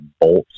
bolts